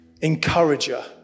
encourager